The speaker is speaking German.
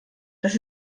das